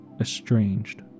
estranged